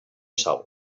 sal